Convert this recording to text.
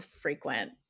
frequent